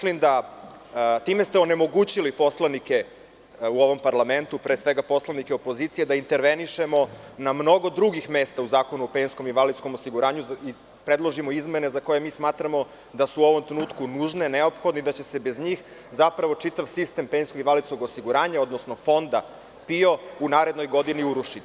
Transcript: Time ste onemogućili poslanike u ovom parlamentu, pre svega poslanike opozicije, da intervenišemo na mnogo drugih mesta u Zakonu o penzijskom i invalidskom osiguranju i predložimo izmene za koje mi smatramo da su u ovom trenutku nužne, neophodne i da će bez njih čitav sistem penzijskog i invalidskog osiguranja, odnosno Fonda PIO, u narednoj godini urušiti.